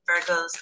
Virgos